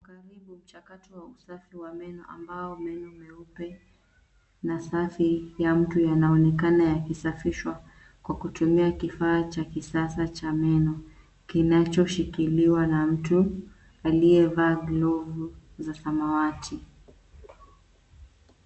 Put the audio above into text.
Karibu mchakato wa usafi wa meno ambao meno meupe na safi ya mtu yanaonekana yakisafishwa kwa kutumia kifaa cha kisasa cha meno kinachoshikiliwa na mtu aliyevaa glovu za samawati.